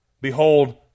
Behold